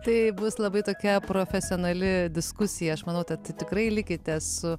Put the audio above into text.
tai bus labai tokia profesionali diskusija aš manau tad tikrai likite su